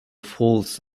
faults